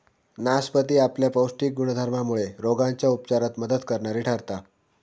नासपती आपल्या पौष्टिक गुणधर्मामुळे रोगांच्या उपचारात मदत करणारी ठरता